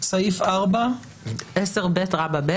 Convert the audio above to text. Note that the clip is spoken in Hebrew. הסדרה שהיא מעבר לתחיקה של רשויות מקומיות.